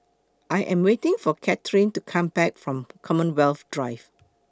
I Am waiting For Katherine to Come Back from Commonwealth Drive